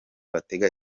batega